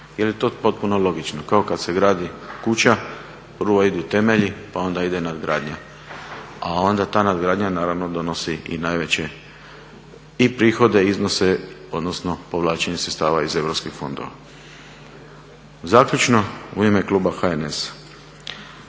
jer je to potpuno logično kao kad se gradi kuća, prvo idu temelji pa onda ide nadgradnja, a onda ta nadgradnja naravno donosi i najveće i prihode, iznose, odnosno povlačenje sredstava iz europskih fondova. Zaključno, u ime kluba HNS-a.